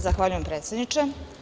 Zahvaljujem predsedniče.